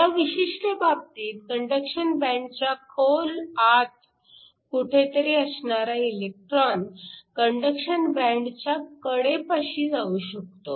ह्या विशिष्ट बाबतीत कंडक्शन बँडच्या खोल आत कुठेतरी असणारा इलेक्ट्रॉन कंडक्शन बँडच्या कडेपाशी जाऊ शकतो